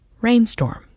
rainstorm